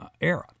era